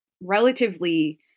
relatively